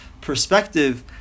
perspective